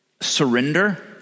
surrender